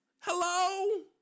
Hello